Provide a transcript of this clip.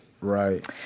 Right